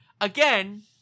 again